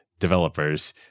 developers